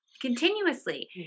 Continuously